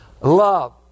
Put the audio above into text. Love